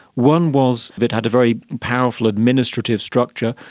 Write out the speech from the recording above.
one was it had a very powerful administrative structure,